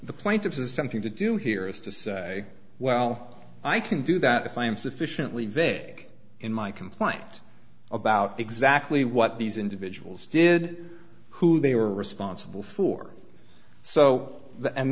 the plaintiff has something to do here is to say well i can do that if i'm sufficiently vague in my complaint about exactly what these individuals did who they were responsible for so